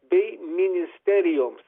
bei ministerijoms